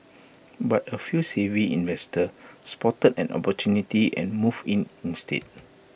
but A few savvy investors spotted an opportunity and moved in instead